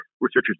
researchers